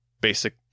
basic